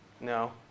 No